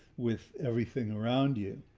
with everything around you.